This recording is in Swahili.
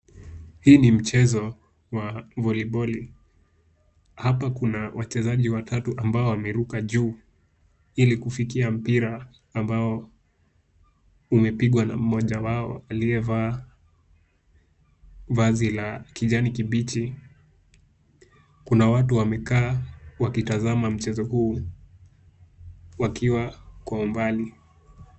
Hii ni mchezo wa voliboli, hapa kuna wachezaji watatu ambao wameruka juu ili kufikia mpira ambao umepigwa na mmoja wao aliyevaa vazi la kijani kibichi. Kuna watu wamekaa wakitazama mchezo huu wakiwa kwa umbali.